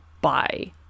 bye